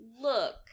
look